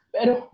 Pero